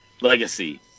legacy